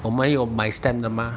我们有买 stamp 的吗